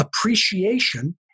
appreciation